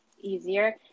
easier